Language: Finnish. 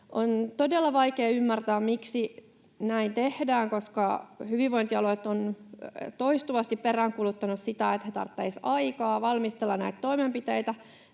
On todella vaikea ymmärtää, miksi näin tehdään, koska hyvinvointialueet ovat toistuvasti peräänkuuluttaneet sitä, että he tarvitsisivat aikaa valmistella näitä toimenpiteitä,